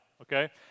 Okay